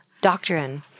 doctrine